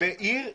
בכל הערים,